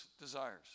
desires